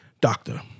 Doctor